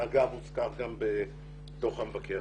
אגב, זה הוזכר גם בדוח המבקר.